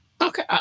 Okay